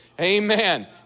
amen